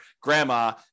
grandma